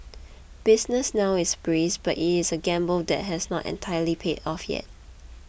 business now is brisk but it is a gamble that has not entirely paid off yet